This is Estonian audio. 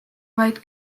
vaid